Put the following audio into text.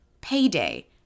payday